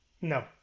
No